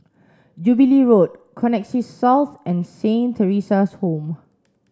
Jubilee Road Connexis South and Saint Theresa's Home